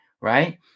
right